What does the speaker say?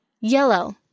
YELLOW